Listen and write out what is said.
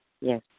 Yes